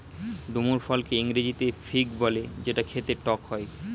ডুমুর ফলকে ইংরেজিতে ফিগ বলে যেটা খেতে টক হয়